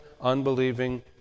unbelieving